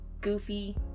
goofy